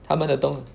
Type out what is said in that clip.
他们的东